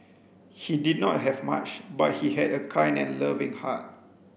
he did not have much but he had a kind and loving heart